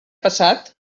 passat